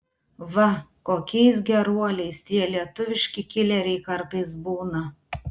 va kokiais geruoliais tie lietuviški kileriai kartais būna